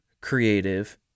creative